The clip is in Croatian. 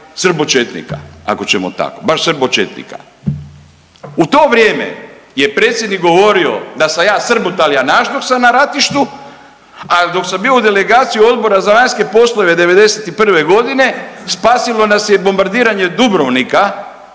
srbočetnika ako ćemo tako, baš srbočetnika. U to vrijeme je predsjednik govorio da sam ja srbo…/Govornik se ne razumije/…dok sam na ratištu, al dok sam bio u delegaciji Odbora za vanjske poslove '91.g. spasilo nas je bombardiranje Dubrovnika